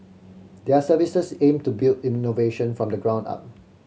their services aim to build innovation from the ground up